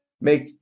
Make